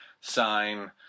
sign